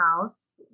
house